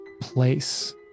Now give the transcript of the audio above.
place